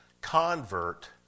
convert